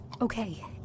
okay